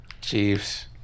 Chiefs